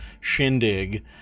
shindig